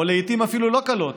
ולעיתים אפילו לא קלות,